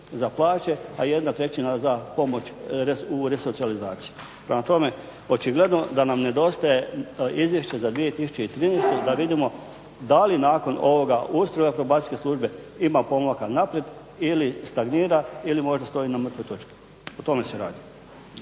za plaće, a jedna trećina za pomoć u resocijalizaciji. Prema tome, očigledno da nam nedostaje Izvješće za 2013. da vidimo da li nakon ovoga ustroja Probacijske službe ima pomaka naprijed ili stagnira ili možda stoji na mrtvoj točki. O tome se radi.